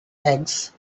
eggs